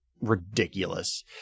ridiculous